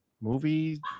movie